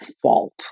fault